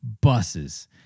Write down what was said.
buses